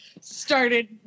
started